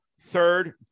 third